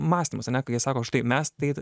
mąstymas ane kai jie sako štai mes tai